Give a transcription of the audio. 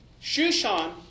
Shushan